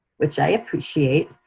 which i appreciate,